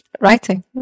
writing